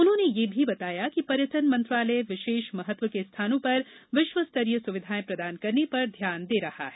उन्होंने यह भी बताया कि पर्टयन मंत्रालय विशेष महत्व के स्थानों पर विश्व स्तरीय सुविधाएं प्रदान करने पर ध्यान दे रहा है